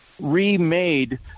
remade